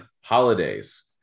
holidays